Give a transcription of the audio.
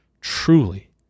Truly